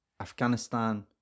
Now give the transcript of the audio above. Afghanistan